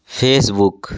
Facebook